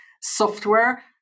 software